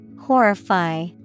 Horrify